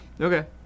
Okay